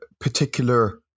particular